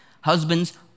Husbands